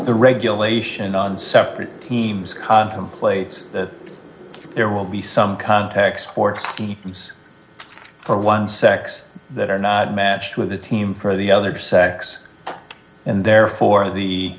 the regulation on separate teams contemplates that there will be some contact sports teams for one sex that are not matched with a team for the other sex and therefore the